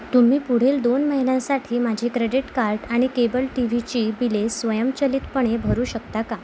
तुम्ही पुढील दोन महिन्यासाठी माझे क्रेडीट कार्ड आणि केबल टी व्हीची बिले स्वयंचलितपणे भरू शकता का